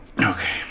Okay